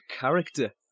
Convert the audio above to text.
character